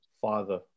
father